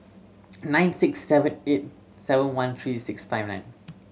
nine six seven eight seven one three six five nine